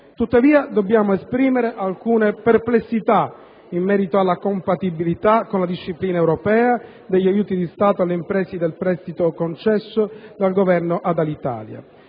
Tuttavia, dobbiamo esprimere alcune perplessità in merito alla compatibilità con la disciplina europea degli aiuti di Stato alle imprese del prestito concesso dal Governo ad Alitalia.